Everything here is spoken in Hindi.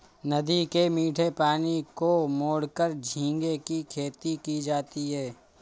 नदी के मीठे पानी को मोड़कर झींगे की खेती की जाती है